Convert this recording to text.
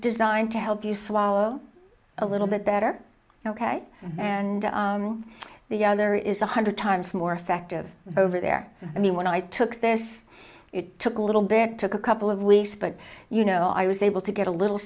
designed to help you swallow a little bit better ok and the other is a hundred times more effective over there i mean when i took this it took a little bit took a couple of weeks but you know i was able to get a little